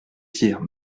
dire